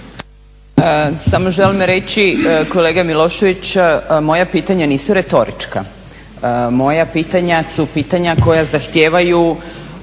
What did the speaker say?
Samo želi reći kolega Milošević, moja pitanja nisu retorička, moja pitanja su pitanja koja zahtijevaju